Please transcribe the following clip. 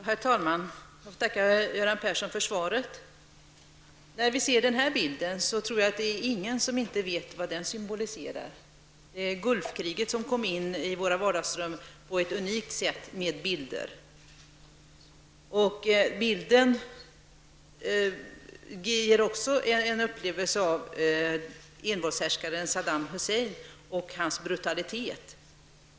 Herr talman! Jag tackar Göran Persson för svaret. Jag tror inte att det är någon som inte vet vad denna bild symboliserar. Gulf-kriget kom på ett unikt sett in i våra vardagsrum med bilder. Bilden ger också en upplevelse av envåldshärskaren Saddam Hussein och hans brutalitet.